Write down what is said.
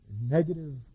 negative